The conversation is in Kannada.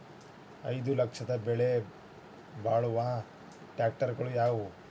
ಐದು ಲಕ್ಷದ ಬೆಲೆ ಬಾಳುವ ಟ್ರ್ಯಾಕ್ಟರಗಳು ಯಾವವು?